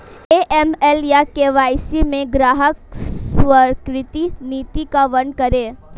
AML या KYC में ग्राहक स्वीकृति नीति का वर्णन करें?